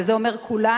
וזה אומר כולנו,